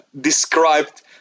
described